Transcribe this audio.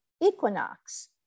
equinox